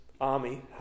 army